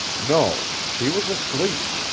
no. she was asleep.